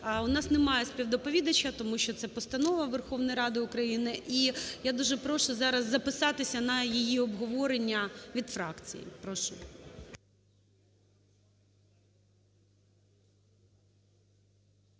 у нас немає співдоповідача, тому що це постанова Верховної Ради України. І я дуже прошу зараз записатися на її обговорення від фракцій. Прошу.